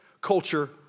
culture